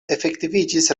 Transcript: efektiviĝis